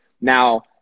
Now